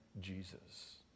Jesus